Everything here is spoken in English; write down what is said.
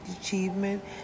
achievement